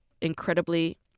incredibly